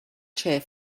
chair